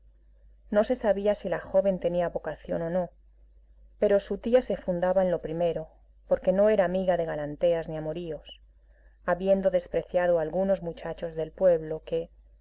no se sabía si la joven tenía vocación o no pero su tía se fundaba en lo primero porque no era amiga de galanteas ni amoríos habiendo despreciado a algunos muchachos del pueblo que